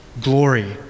glory